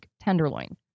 tenderloin